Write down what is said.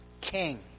king